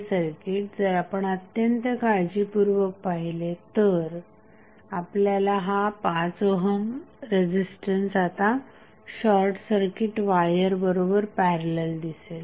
हे सर्किट जर आपण अत्यंत काळजीपूर्वक पाहिले तर आपल्याला हा 5 ओहम रेझिस्टन्स आता शॉर्टसर्किट वायर बरोबर पॅरलल दिसेल